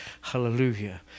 Hallelujah